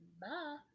Bye